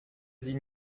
sie